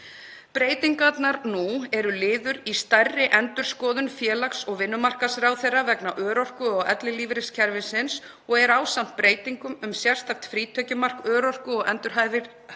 Breytingarnar nú eru liður í stærri endurskoðun félags- og vinnumarkaðsráðherra vegna örorku- og ellilífeyriskerfisins og eru, ásamt breytingum um sérstakt frítekjumark örorku- og endurhæfingarlífeyrisþega